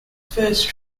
first